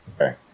Okay